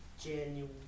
January